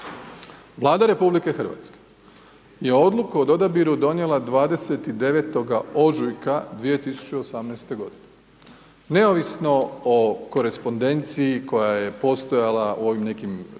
Vlada RH je odluku o odabiru donijela 29. ožujka 2018. godine, neovisno o korespondenciji koja je postojala u ovim nekim prepiskama